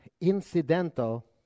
incidental